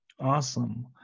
Awesome